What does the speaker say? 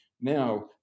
now